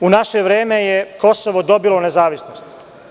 U naše vreme je Kosovo dobilo nezavisnost.